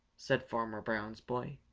said farmer brown's boy,